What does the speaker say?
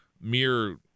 mere